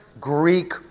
Greek